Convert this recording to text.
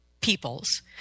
peoples